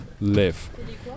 live